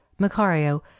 Macario